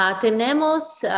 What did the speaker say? Tenemos